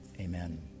amen